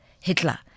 Hitler